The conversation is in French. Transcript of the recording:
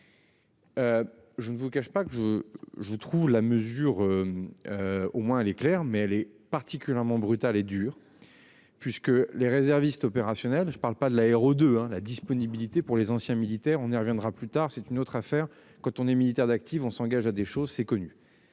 Je ne vous cache pas que je je trouve la mesure. Au moins les clair mais elle est particulièrement brutal et dur. Puisque les réservistes opérationnels. Je ne parle pas de la héros de hein la disponibilité pour les anciens militaires on elle reviendra plus tard, c'est une autre affaire quand on est militaire d'active, on s'engage à des choses, c'est connu.